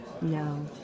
No